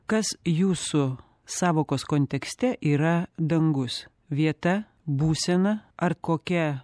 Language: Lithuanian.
kas jūsų sąvokos kontekste yra dangus vieta būsena ar kokia